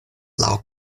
laŭ